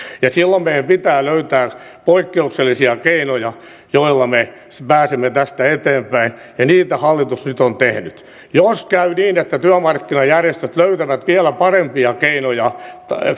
ja silloin meidän pitää löytää poikkeuksellisia keinoja joilla me pääsemme tästä eteenpäin ja niitä hallitus nyt on tehnyt jos käy niin että työmarkkinajärjestöt löytävät vielä parempia keinoja